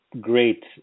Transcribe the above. great